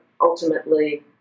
ultimately